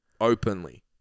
openly